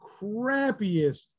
crappiest